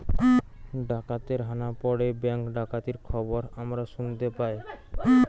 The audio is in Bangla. ডাকাতের হানা পড়ে ব্যাঙ্ক ডাকাতির খবর আমরা শুনতে পাই